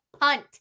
punt